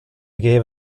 gave